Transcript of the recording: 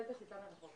הראשון.